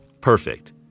Perfect